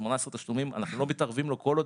18 תשלומים אנחנו לא מתערבים כל עוד